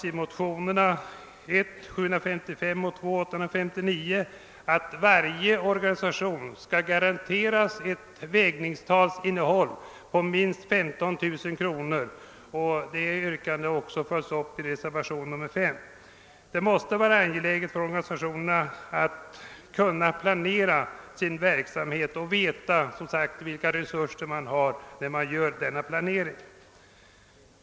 I motionerna I: 755 och II: 859 har vi föreslagit att varje organisation skall garanteras ett rörligt bidrag på minst 15 000 kronor per vägningstal. Detta yrkande följs upp i reservationen 5. Det måste vara angeläget att organisationerna får möjlighet att planera sin verksamhet och veta vilka bidrag de har att räkna med.